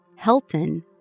Helton